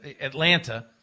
Atlanta